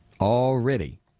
already